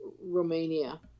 Romania